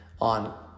on